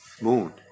moon